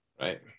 right